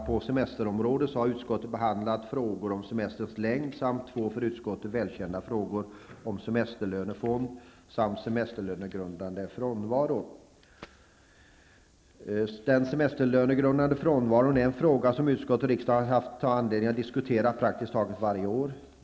På semesterområdet har utskottet behandlat frågor om semesterns längd samt två för utskottet välkända frågor om semesterlönefond samt semesterlönegrundande frånvaro. Semesterlönegrundande frånvaro är en fråga som utskottet och riksdagen har haft anledning att diskutera praktiskt taget varje år.